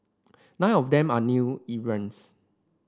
nine of them are new